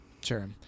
Sure